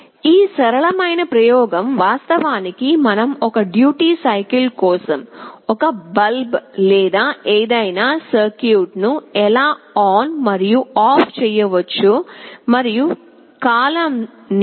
ఈ సరళమైన ప్రయోగం వాస్తవానికి మనం ఒక డ్యూటీ సైకిల్ కోసం ఒక బల్బ్ లేదా ఏదైనా సర్క్యూట్ ను ఎలా ఆన్ మరియు ఆఫ్ చేయవచ్చో మరియు కాలం ని